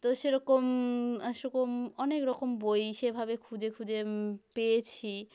তো সেরকম সেকম অনেক রকম বই সেভাবে খুঁজে খুঁজে পেয়েছি